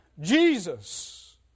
Jesus